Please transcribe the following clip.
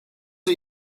are